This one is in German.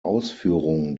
ausführung